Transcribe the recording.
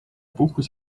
puhkus